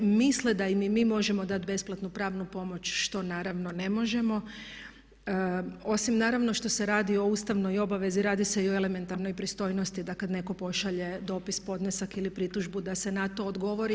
Misle da im mi možemo dati besplatnu pravnu pomoć što naravno ne možemo, osim naravno što se radi o ustavnoj obavezi, radi se i o elementarnoj pristojnosti da kad netko pošalje dopis, podnesak ili pritužbu da se na to odgovori.